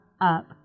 up